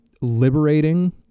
liberating